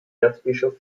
erzbischof